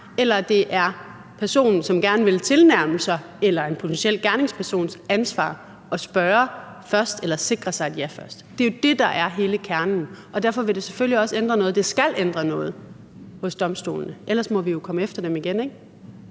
er den persons, som gerne vil tilnærme sig, eller en potentiel gerningspersons ansvar at spørge først eller at sikre sig et ja først. Det er jo det, der er hele kernen, og derfor vil det selvfølgelig også ændre noget – det skal ændre noget hos domstolene. Ellers må vi jo komme efter dem igen, ikke?